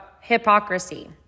hypocrisy